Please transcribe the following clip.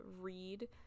read